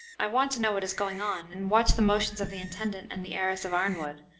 i want to know what is going on, and watch the motions of the intendant and the heiress of arnwood.